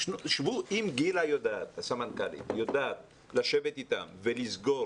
אם המשנה למנכ"ל משרד החינוך גילה נגר יודעת לשבת אתם ולסגור